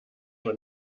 man